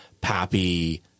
Pappy